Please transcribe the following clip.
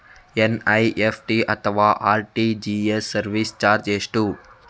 NEFT ಅಥವಾ RTGS service charge ಎಷ್ಟು?